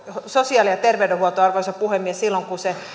sosiaali ja terveydenhuoltoa arvoisa puhemies silloin kun se